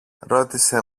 ρώτησε